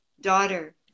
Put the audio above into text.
daughter